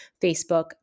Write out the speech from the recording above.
Facebook